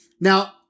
Now